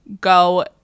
go